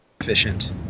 efficient